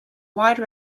wide